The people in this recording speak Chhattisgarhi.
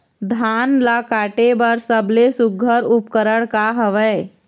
धान ला काटे बर सबले सुघ्घर उपकरण का हवए?